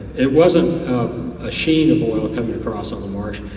it wasn't a sheet of oil coming across on the marsh,